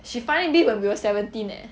she finding beef when we were seventeen eh